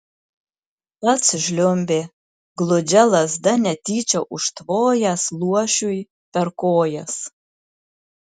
pats žliumbė gludžia lazda netyčia užtvojęs luošiui per kojas